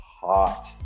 hot